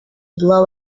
blow